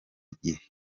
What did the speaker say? gihe